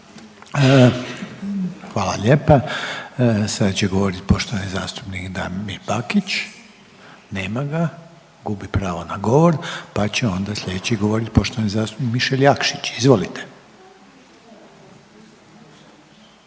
Hvala lijepa. Sada će govoriti poštovani zastupnik Damir Bakić. Nema ga, gubi pravo na govor. Pa će onda sljedeći govoriti poštovani zastupnik Mišel Jakšić, izvolite.